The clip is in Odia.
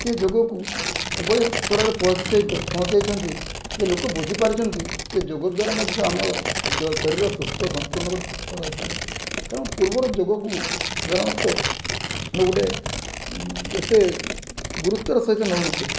ସିଏ ଯୋଗକୁ ଏଭଳି ସ୍ତରରେ ପହଞ୍ଚାଇଛନ୍ତି ଯେ ଲୋକ ବୁଝିପାରିଛନ୍ତି ଯେ ଯୋଗ ଦ୍ୱାରା ମଧ୍ୟ ଆମର ଶରୀର ସୁସ୍ଥ ସମ୍ପୂର୍ଣ୍ଣ ଭାବରେ ସୁସ୍ଥ ରହିପାରେ କାରଣ ପୂର୍ବର ଯୋଗକୁ ସାଧାରଣତଃ ଯେ ଗୋଟେ ଏତେ ଗୁରୁତ୍ୱର ସହିତ ନଉନଥିଲେ